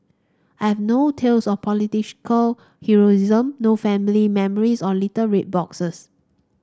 I have no tales of heroism no family memories or little red boxes